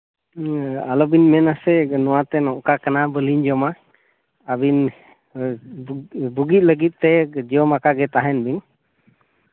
ᱟᱞᱚ ᱵᱤᱱ ᱢᱮᱱ ᱟᱥᱮ ᱱᱚᱣᱟᱛᱮ ᱱᱚᱝᱠᱟᱜ ᱠᱟᱱᱟ ᱵᱟᱹᱞᱤᱧ ᱡᱚᱢᱟ ᱟᱹᱵᱤᱱ ᱵᱩᱜᱤᱜ ᱞᱟᱹᱜᱤᱫ ᱛᱮ ᱡᱚᱢ ᱟᱠᱟ ᱜᱮ ᱛᱟᱦᱮᱱ ᱵᱤᱱ